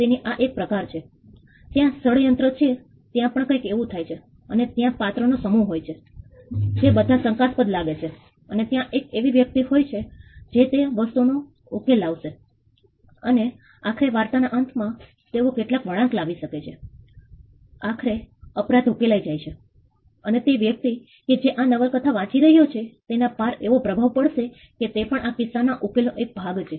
તેથી આ એક પ્રકાર છે ત્યાં ષડયંત્ર છે ત્યાં પણ કંઈક એવું થાય છે અને ત્યાં પાત્ર નો સમૂહ હોય છે જે બધા શંકાસ્પદ લાગે છે અને ત્યાં એક એવી વ્યક્તિ હોય છે જે તે વસ્તુનો ઉકેલ લાવશે અને આખરે વાર્તાના અંતમાં તેઓ કેટલાક વળાંક લાવી શકે છે આખરે અપરાધ ઉકેલાય જાય છે અથવા તે વ્યક્તિ કે જે આ નવલકથા વાંચી રહ્યો છે તેના પાર એવો પ્રભાવ પડશે કે તે પણ આ કિસ્સાના ઉકેલનો એક ભાગ છે